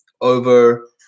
over